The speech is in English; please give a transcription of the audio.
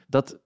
Dat